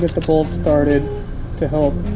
the bolts started to help